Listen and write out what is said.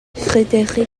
frédéric